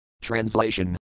Translation